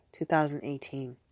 2018